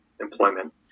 employment